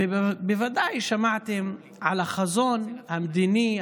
בוודאי שמעתם על החזון המדיני,